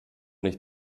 nicht